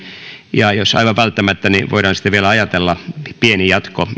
ja jos aivan välttämätöntä niin voidaan sitten vielä ajatella pieni jatko